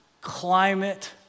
climate